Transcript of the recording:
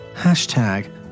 hashtag